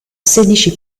sedici